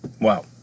Wow